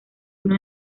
uno